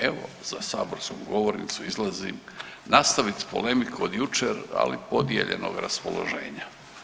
Evo za saborsku govornicu izlazim nastavit polemiku od jučer, ali podijeljenog raspoloženja.